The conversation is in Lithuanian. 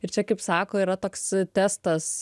ir čia kaip sako yra toks testas